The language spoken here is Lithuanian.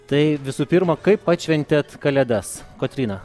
tai visų pirma kaip atšventėt kalėdas kotryna